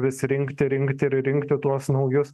vis rinkti rinkti ir rinkti tuos naujus